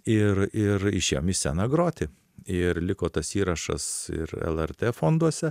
ir ir išėjom į sceną groti ir liko tas įrašas ir lrt fonduose